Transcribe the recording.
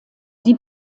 die